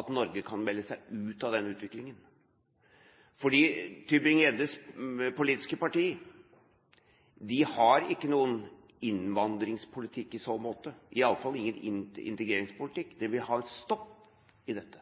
at Norge kan melde seg ut av denne utviklingen. Tybring-Gjeddes politiske parti har ikke noen innvandringspolitikk – i alle fall ingen integreringspolitikk. De vil ha en stopp i dette.